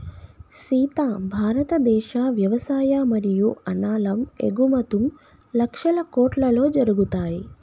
సీత భారతదేశ వ్యవసాయ మరియు అనాలం ఎగుమతుం లక్షల కోట్లలో జరుగుతాయి